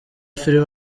film